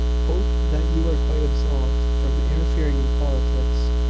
hope, that you are quite absolved from interfering in politics.